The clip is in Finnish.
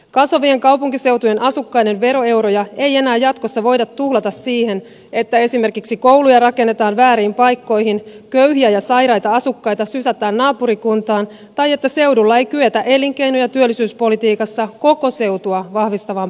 kasvavien kaupunkiseutujen asukkaiden veroeuroja ei enää jatkossa voida tuhlata siihen että esimerkiksi kouluja rakennetaan vääriin paikkoihin köyhiä ja sairaita asukkaita sysätään naapurikuntaan tai että seudulla ei kyetä elinkeino ja työllisyyspolitiikassa koko seutua vahvistavaan päätöksentekoon